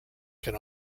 can